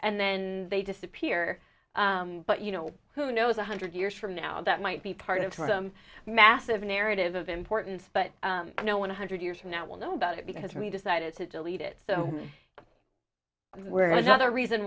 and then they disappear but you know who knows one hundred years from now that might be part of the massive narrative of importance but no one hundred years from now will know about it because we decided to delete it so where is another reason